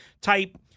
type